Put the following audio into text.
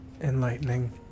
Enlightening